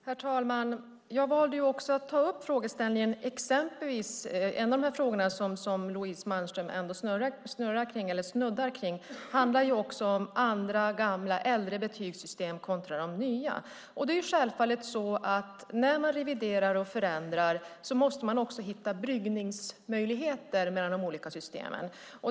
Herr talman! En av de frågor Louise Malmström snuddar vid handlar om andra, äldre betygssystem kontra de nya. Det är självfallet så att man när man reviderar och förändrar också måste hitta bryggningsmöjligheter mellan de olika systemen.